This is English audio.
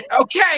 okay